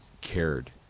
cared